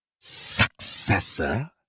Successor